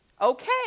Okay